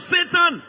Satan